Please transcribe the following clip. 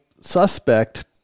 suspect